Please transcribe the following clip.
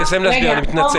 היא תסיים להסביר, אני מתנצל.